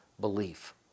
belief